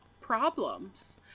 problems